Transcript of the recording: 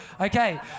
Okay